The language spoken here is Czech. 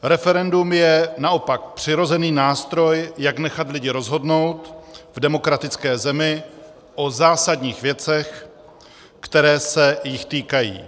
Referendum je naopak přirozený nástroj, jak nechat lidi rozhodnout v demokratické zemi o zásadních věcech, které se jich týkají.